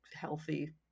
healthy